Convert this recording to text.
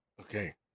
Okay